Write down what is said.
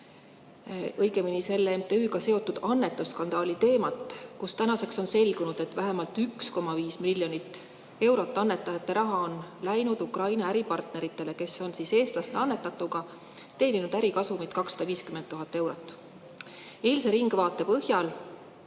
õigemini selle MTÜ-ga seotud annetusskandaali teemat. Tänaseks on selgunud, et vähemalt 1,5 miljonit eurot annetajate raha on läinud Ukraina äripartneritele, kes on eestlaste annetatuga teeninud ärikasumit 250 000 eurot. Eilse "Ringvaate" põhjal